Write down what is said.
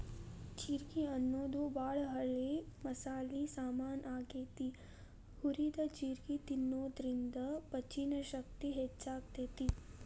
ಜೇರ್ಗಿ ಅನ್ನೋದು ಬಾಳ ಹಳೆ ಮಸಾಲಿ ಸಾಮಾನ್ ಆಗೇತಿ, ಹುರಿದ ಜೇರ್ಗಿ ತಿನ್ನೋದ್ರಿಂದ ಪಚನಶಕ್ತಿ ಹೆಚ್ಚಾಗ್ತೇತಿ